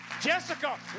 Jessica